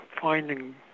finding